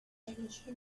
elige